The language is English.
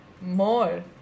more